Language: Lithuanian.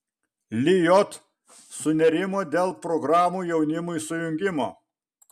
lijot sunerimo dėl programų jaunimui sujungimo